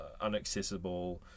unaccessible